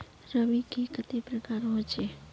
रवि के कते प्रकार होचे?